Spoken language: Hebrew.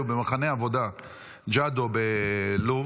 היו במחנה עבודה ג'אדו בלוב.